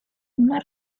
una